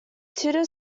tudor